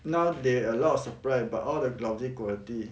now there a lot of supply but all the lousy quality